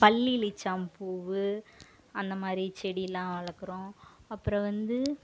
பல்லி இளிச்சாம் பூ அந்த மாதிரி செடியெலாம் வளர்க்குறோம் அப்புறம் வந்து